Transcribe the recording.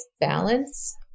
balance